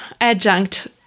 adjunct